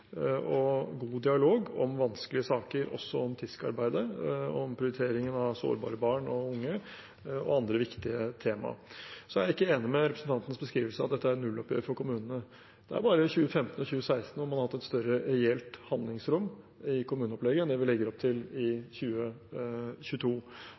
og god dialog om vanskelige saker – også om TISK-arbeidet, om prioriteringen av sårbare barn og unge og andre viktige temaer. Så er jeg ikke enig i representantens beskrivelse av at dette er et nulloppgjør for kommunene. Det er bare i 2015 og 2016 at man har hatt et større reelt handlingsrom i kommuneopplegget enn det vi legger opp til i